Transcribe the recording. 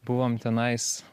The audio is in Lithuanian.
buvom tenais